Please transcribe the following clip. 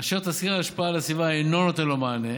אשר תסקיר ההשפעה על הסביבה אינו נותן לו מענה,